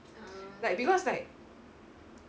like because like